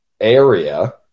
area